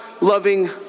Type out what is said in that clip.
loving